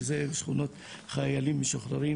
שכונות חיילים משוחררים,